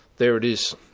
there it is.